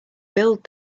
build